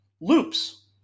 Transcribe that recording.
loops